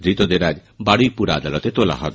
ধৃতদের আজ বারুইপুর আদালতে তোলা হবে